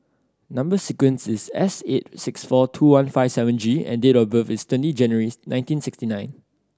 number sequence is S eight six four two one five seven G and date of birth is twenty January nineteen sixty nine